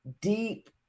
deep